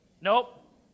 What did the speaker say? Nope